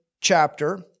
chapter